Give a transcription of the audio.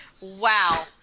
wow